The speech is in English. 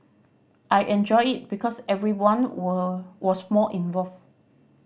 I enjoyed it because everyone were was more involved